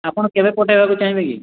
ଆପଣ କେବେ ପଠାଇବାକୁ ଚାହିଁବେ କି